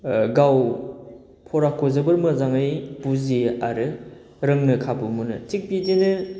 गाव फराखौ जोबोद मोजाङै बुजियो आरो रोंनो खाबु मोनो थिक बिदिनो